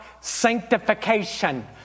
sanctification